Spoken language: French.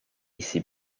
ici